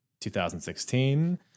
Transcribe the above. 2016